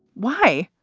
why?